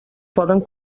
poden